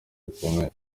bikomeye